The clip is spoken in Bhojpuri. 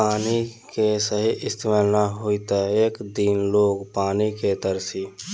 पानी के सही इस्तमाल ना होई त एक दिन लोग पानी के तरसी